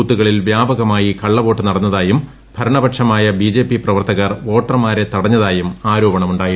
ബൂത്തുകളിൽ വ്യാപകമായി കള്ളവോട്ട് നടന്നതായും ഭരണപക്ഷമായ ബിജെപി പ്രവർത്തകർ വോട്ടർമാരെ തടഞ്ഞതായും ആരോപണം ഉണ്ടായിരുന്നു